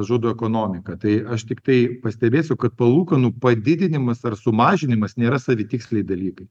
žudo ekonomiką tai aš tiktai pastebėsiu kad palūkanų padidinimas ar sumažinimas nėra savitiksliai dalykai